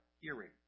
hearing